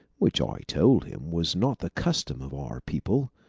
which i told him was not the custom of our people.